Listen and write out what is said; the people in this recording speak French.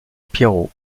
pierrot